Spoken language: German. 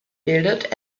bildet